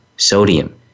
Sodium